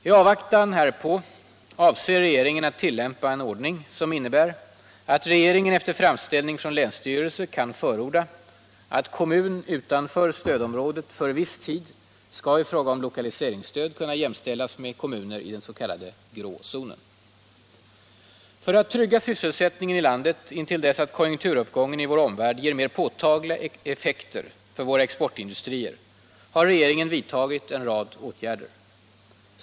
I avvaktan härpå avser regeringen att tillämpa en ordning som innebär att regeringen efter framställning från länsstyrelse kan förordna att kommun utanför stödområdet för viss tid skall i fråga om lokaliseringsstöd kunna jämställas med kommuner i den s.k. grå zonen. För att trygga sysselsättningen i landet intill dess att konjunkturuppgången i vår omvärld ger mera påtagliga effekter för våra exportindustrier har regeringen vidtagit en rad åtgärder.